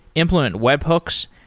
implement webhooks,